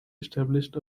established